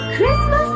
Christmas